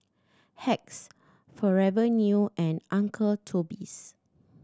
Hacks Forever New and Uncle Toby's